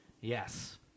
yes